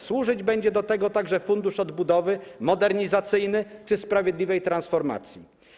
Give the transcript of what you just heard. Służyć będzie do tego także Fundusz Odbudowy modernizacyjny czy sprawiedliwej transformacji.